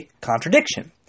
contradiction